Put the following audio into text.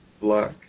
black